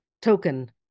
token